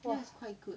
!wah!